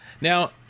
Now